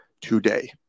today